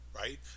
Right